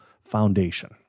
foundation